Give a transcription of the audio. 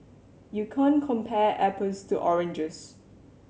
you can't compare apples to oranges